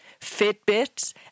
Fitbits